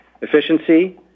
Efficiency